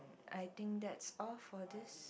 I think that's all for this